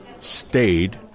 stayed